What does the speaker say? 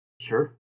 Sure